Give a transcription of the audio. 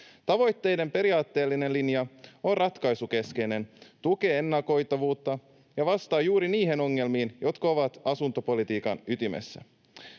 Tavoitteiden periaatteellinen linja on ratkaisukeskeinen, tukee ennakoitavuutta ja vastaa juuri niihin ongelmiin, jotka ovat asuntopolitiikan ytimessä.